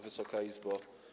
Wysoka Izbo!